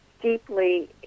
deeply